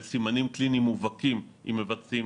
יש סימנים קליניים מובהקים אם מבצעים